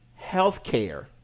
healthcare